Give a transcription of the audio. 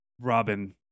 Robin